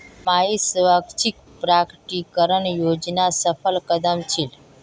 कमाईर स्वैच्छिक प्रकटीकरण योजना सफल कदम छील